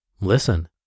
listen